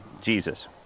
Jesus